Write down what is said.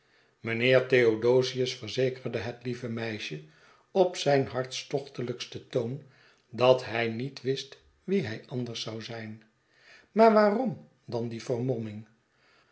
mijnheer theodosius verzekerde het lieve meisje op zijn hartstochtelijksten toon dat hij niet wist wie hij anders zou zijn maar waarom dan die vermomming